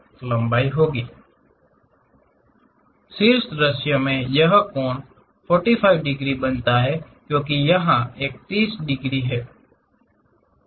शीर्ष दृश्य में यह कोण उसको 45 डिग्री बनाता है क्योंकि यह एक 30 डिग्री है